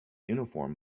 uniform